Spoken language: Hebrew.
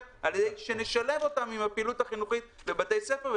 על ידי זה שנשלב אותם עם הפעילות החינוכית בבתי הספר,